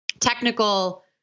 technical